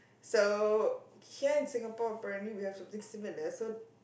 so here in Singapore apparently we have something similar so